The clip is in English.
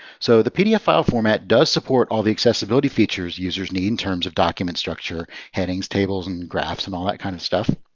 so the pdf file format does support all the accessibility features users need in terms of document structure, headings, tables, and graphs, and all that kind of stuff.